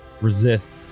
resist